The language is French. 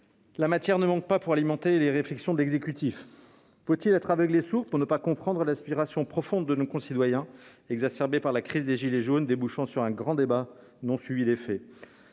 La matière ne manque pas pour alimenter les réflexions de l'exécutif. Faut-il être aveugle et sourd pour ne pas comprendre l'aspiration profonde de nos concitoyens, exacerbée par la crise des gilets jaunes, qui a débouché sur un grand débat national, non suivi d'effets ?